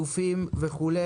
גופים וכו'.